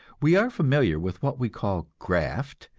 we are familiar with what we call graft,